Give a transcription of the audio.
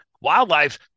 Wildlife